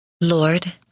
Lord